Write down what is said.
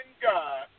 God